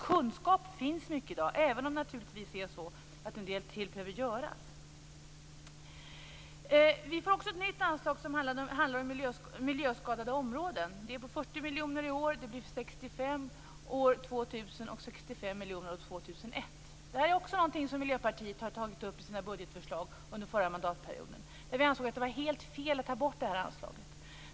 Kunskap finns det alltså mycket i dag, även om det naturligtvis behöver göras mer. Vi får också ett nytt anslag som handlar om miljöskadade områden. Det är på 40 miljoner i år, det blir 65 miljoner år 2000 och 65 miljoner år 2001. Det är också någonting som Miljöpartiet har tagit upp i sina budgetförslag under förra mandatperioden. Vi ansåg att det var helt fel att ta bort det här anslaget.